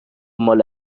مال